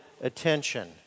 attention